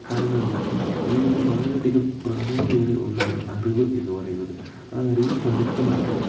കാരണം എന്താ ജീവിതത്തിൽ വളരെയധികം പ്രാധാന്യമേറിയ ഒന്നാണ് അറിവ് എന്ന് പറയുന്നത് ആ അറിവ് സ്വായക്തമാക്കാൻ